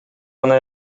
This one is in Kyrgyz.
гана